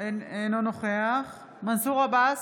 אינו נוכח מנסור עבאס,